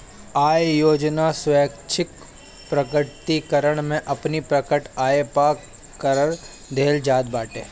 आय योजना स्वैच्छिक प्रकटीकरण में अपनी प्रकट आय पअ कर देहल जात बाटे